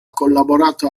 collaborato